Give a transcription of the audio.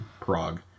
Prague